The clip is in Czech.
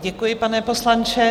Děkuji, pane poslanče.